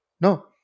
No